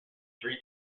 three